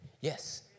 Yes